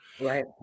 Right